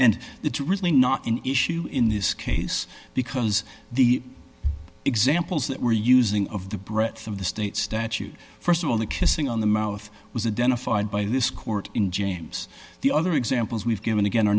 and it's really not an issue in this case because the examples that were using of the breadth of the state statute st of all the kissing on the mouth was a dental filed by this court in james the other examples we've given again